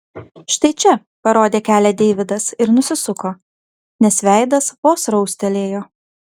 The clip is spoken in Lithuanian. štai čia parodė kelią deividas ir nusisuko nes veidas vos raustelėjo